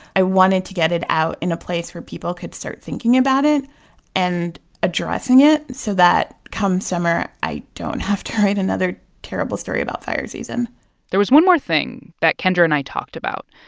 i wanted to get it out in a place where people could start thinking about it and addressing it so that, come summer, i don't have to write another terrible story about fire season there was one more thing that kendra and i talked about,